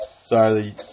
Sorry